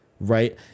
right